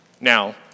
Now